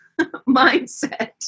mindset